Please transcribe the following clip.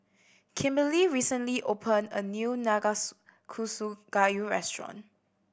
Kimberlee recently opened a new gayu restaurant